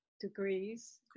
degrees